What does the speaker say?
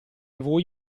voi